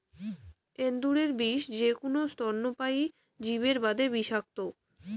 এন্দুরের বিষ যেকুনো স্তন্যপায়ী জীবের বাদে বিষাক্ত,